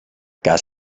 cas